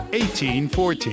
1814